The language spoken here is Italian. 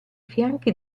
fianchi